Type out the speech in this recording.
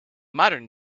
modern